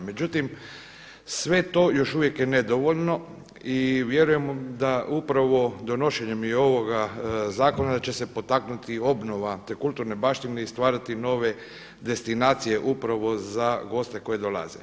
Međutim, sve to još uvijek je nedovoljno i vjerujemo da upravo donošenjem i ovoga zakona će se potaknuti obnova te kulturne baštine i stvarati nove destinacije upravo za goste koji dolaze.